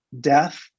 death